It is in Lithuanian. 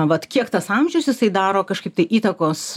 vat kiek tas amžius jisai daro kažkaip tai įtakos